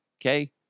okay